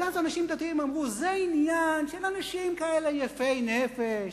אנשים דתיים אמרו שזה עניין של אנשים יפי נפש,